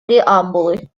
преамбулы